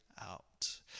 out